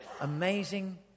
amazing